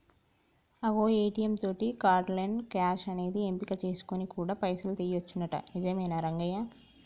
అగో ఏ.టీ.యం తోటి cardless cash అనేది ఎంపిక చేసుకొని కూడా పైసలు తీయొచ్చునంట నిజమేనా రంగయ్య